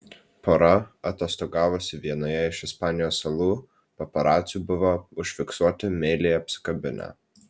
pora atostogavusi vienoje iš ispanijos salų paparacių buvo užfiksuoti meiliai apsikabinę